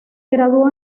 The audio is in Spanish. graduó